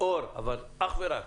אך ורק